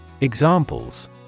Examples